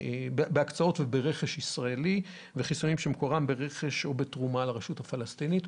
בהקצאות וברכש ישראלי וחיסונים שמקורם ברכש או בתרומה לרשות הפלסטינית.